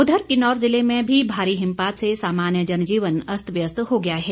उधर किन्नौर ज़िले में भी भारी हिमपात से सामान्य जनजीवन अस्त व्यस्त हो गया है